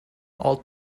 all